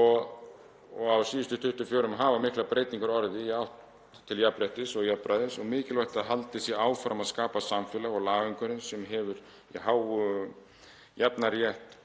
og á síðustu 24 árum hafa miklar breytingar orðið í átt til jafnréttis og jafnræðis og mikilvægt að haldið sé áfram að skapa samfélag og lagaumhverfi sem hefur í hávegum jafnan rétt